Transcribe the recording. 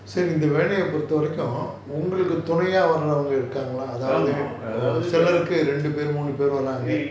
ஆமா அதாவது:aama athavathu